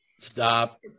Stop